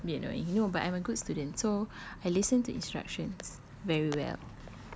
don't be annoying no but I'm a good student so I listen to instructions very well